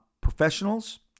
professionals